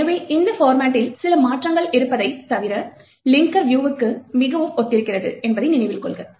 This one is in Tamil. எனவே இந்த பார்மட்டில் சில மாற்றங்கள் இருப்பதைத் தவிர லிங்கர் வியூவுக்கு மிகவும் ஒத்திருக்கிறது என்பதை நினைவில் கொள்க